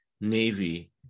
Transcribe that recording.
Navy